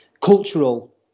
cultural